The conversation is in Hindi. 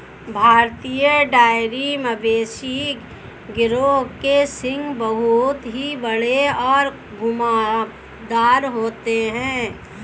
भारतीय डेयरी मवेशी गिरोह के सींग बहुत ही बड़े और घुमावदार होते हैं